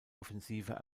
offensive